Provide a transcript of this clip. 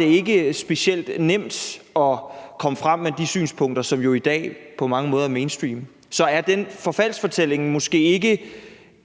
ikke var specielt nemt at komme frem med de synspunkter, som jo i dag på mange måder er mainstream. Så er den forfaldsfortælling måske ikke